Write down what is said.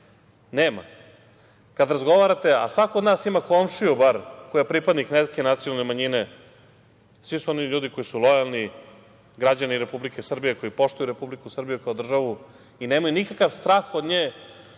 Nema. Kada razgovarate, a svako od nas ima komšiju bar koji je pripadnik neke nacionalne manjine, svi su oni ljudi koji su lojalni građani Republike Srbije, koji poštuju Republiku Srbiju kao državu i nemaju nikakav strah od nje